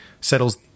settles